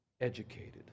educated